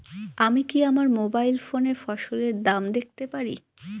আমি কি আমার মোবাইল ফোনে ফসলের দাম দেখতে পারি?